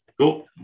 Cool